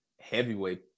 heavyweight